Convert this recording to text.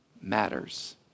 matters